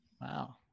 Wow